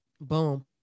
Boom